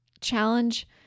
challenge